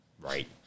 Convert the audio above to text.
Right